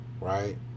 Right